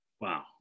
Wow